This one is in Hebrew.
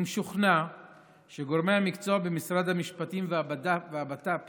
אני משוכנע שגורמי המקצוע במשרד המשפטים והבט"פ